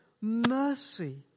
mercy